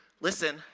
listen